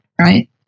right